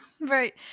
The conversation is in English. Right